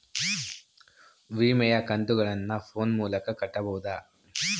ವಿಮೆಯ ಕಂತುಗಳನ್ನ ಫೋನ್ ಮೂಲಕ ಕಟ್ಟಬಹುದಾ?